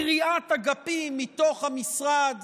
עם קריעת אגפים מתוך המשרד